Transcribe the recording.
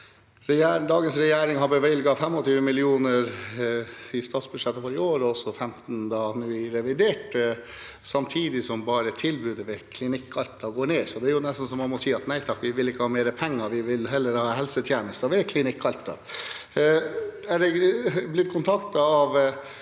dagens regjering har bevilget 25 mill. kr i statsbudsjettet for i år og 15 mill. kr i revidert nå, samtidig som bare tilbudet ved Klinikk Alta går ned. Det er jo nesten som å si: Nei takk, vi vil ikke ha mer penger, vi vil heller ha helsetjenester ved Klinikk Alta. Jeg er faktisk blitt kontaktet av